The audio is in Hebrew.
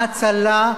הצלה,